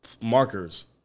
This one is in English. markers